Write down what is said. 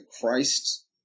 Christ